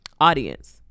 audience